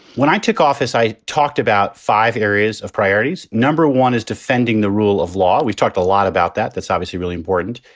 when i took office, i talked about five areas of priorities. no one is defending the rule of law. we've talked a lot about that. that's obviously really important,